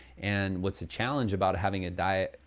and what's the challenge about having a diet,